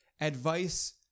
advice